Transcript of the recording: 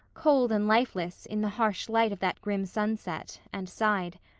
cold and lifeless in the harsh light of that grim sunset, and sighed.